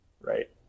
right